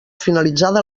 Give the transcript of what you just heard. finalitzada